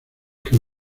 que